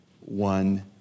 one